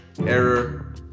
Error